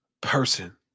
person